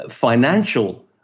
financial